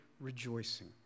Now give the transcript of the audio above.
rejoicing